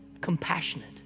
compassionate